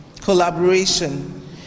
collaboration